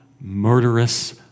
murderous